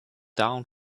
down